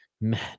Man